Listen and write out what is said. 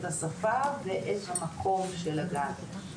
את השפה ואת מיקום הגן.